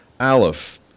Aleph